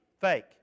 fake